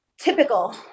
typical